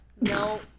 No